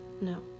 no